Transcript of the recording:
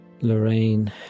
Lorraine